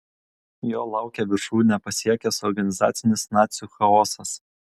jo laukė viršūnę pasiekęs organizacinis nacių chaosas